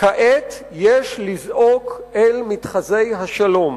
"כעת יש לזעוק אל מתחזי השלום.